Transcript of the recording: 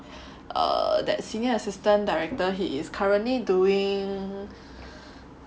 err that senior assistant director he is currently doing